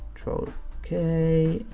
ctrl k,